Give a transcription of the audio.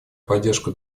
поддержку